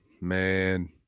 man